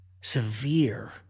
severe